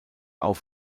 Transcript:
auf